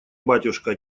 батюшка